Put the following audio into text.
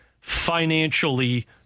financially